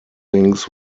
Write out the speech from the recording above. things